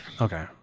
Okay